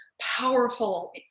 powerful